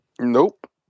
Nope